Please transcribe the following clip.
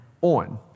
on